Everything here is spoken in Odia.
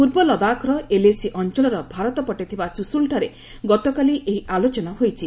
ପୂର୍ବ ଲଦାଖର ଏଲଏସି ଅଞ୍ଚଳର ଭାରତ ପଟେ ଥିବା ଚୁସୁଲ୍ଠାରେ ଗତକାଲି ଏହି ଆଲୋଚନା ହୋଇଛି